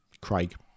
Craig